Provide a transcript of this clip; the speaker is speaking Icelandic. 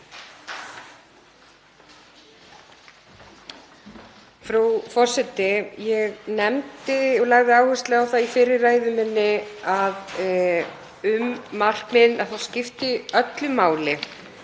Frú forseti. Ég nefndi og lagði áherslu á það í fyrri ræðu minni að í markmiðunum skipti öllu máli